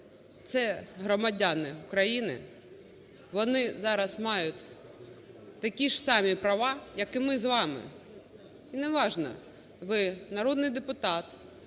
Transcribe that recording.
це громадяни України, вони зараз мають такі ж самі права як і ми з вами. І не важливо: ви народний депутат